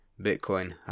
Bitcoin